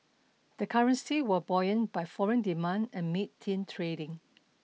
the currency were buoyant by foreign demand amid thin trading